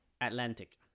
Atlantic